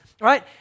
right